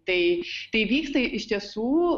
tai tai vyksta iš tiesų